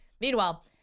Meanwhile